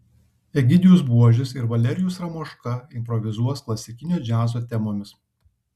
egidijus buožis ir valerijus ramoška improvizuos klasikinio džiazo temomis